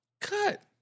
Cut